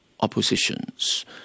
oppositions